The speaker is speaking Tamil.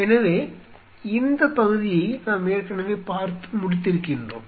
எனவே இந்த பகுதியை நாம் ஏற்கனவே பார்த்து முடித்திருக்கின்றோம்